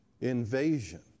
invasion